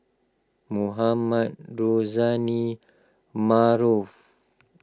Mohamed Rozani Maarof